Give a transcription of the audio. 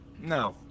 No